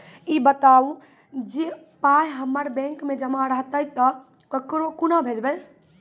ई बताऊ जे पाय हमर बैंक मे जमा रहतै तऽ ककरो कूना भेजबै?